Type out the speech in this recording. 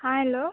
हाँ हेलो